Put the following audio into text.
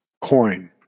coin